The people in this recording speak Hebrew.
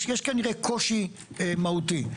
יש כנראה קושי מהותי.